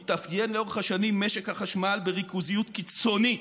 התאפיין לאורך השנים משק החשמל בריכוזיות קיצונית,